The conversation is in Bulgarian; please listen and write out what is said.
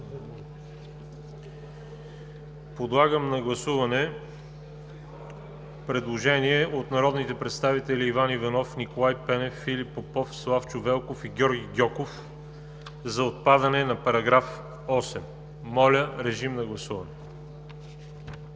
Подлагам на гласуване предложението от народните представители Иван Иванов, Николай Пенев, Филип Попов, Славчо Велков и Георги Гьоков за отпадане на § 8. Гласували